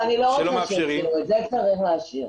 את זה צריך להשאיר.